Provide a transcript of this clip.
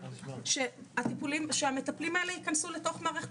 אז שהמטפלים האלה ייכנסו לתוך מערכת